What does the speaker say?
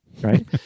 right